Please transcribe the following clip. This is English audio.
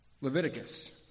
Leviticus